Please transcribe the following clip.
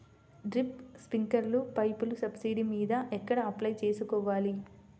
Drip, స్ప్రింకర్లు పైపులు subsidy మీద ఎక్కడ అప్లై చేసుకోవాలి?